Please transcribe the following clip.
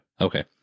Okay